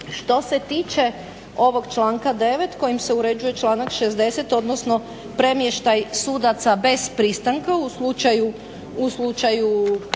Što se tiče ovog članka 9.kojim se uređuje članak 60.odnsono premještaj sudaca bez pristanka u slučaju